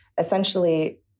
essentially